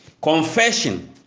Confession